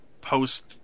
post